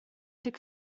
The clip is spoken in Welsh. deg